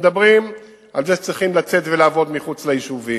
מדברים על זה שצריכים לצאת ולעבוד מחוץ ליישובים.